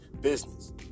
business